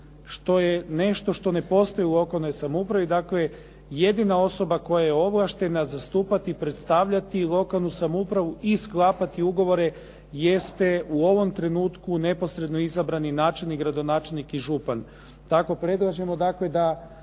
što je nešto što ne postoji u lokalnoj samoupravi. Dakle, jedina osoba koja je ovlaštena zastupati i predstavljati lokalnu samoupravu i sklapati ugovore jeste u ovom trenutku neposredno izabrani načelnik, gradonačelnik i župan. Tako predlažemo dakle da